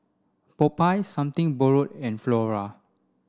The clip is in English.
Popeyes Something Borrowed and Flora